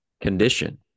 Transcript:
condition